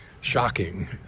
shocking